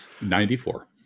Ninety-four